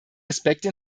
aspekte